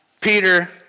Peter